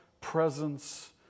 presence